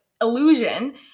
illusion